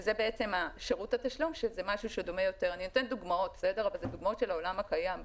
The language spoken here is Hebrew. שזה בעצם שירות התשלום אני אתן דוגמאות של העולם הקיים,